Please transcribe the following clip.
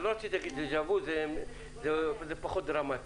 לא רציתי לומר דז'ה וו כי זה פחות דרמטי.